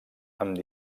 amb